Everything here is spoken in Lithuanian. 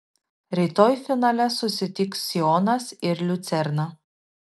rytoj finale susitiks sionas ir liucerna